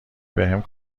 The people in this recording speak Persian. بهم